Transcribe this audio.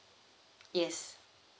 yes